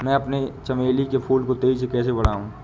मैं अपने चमेली के फूल को तेजी से कैसे बढाऊं?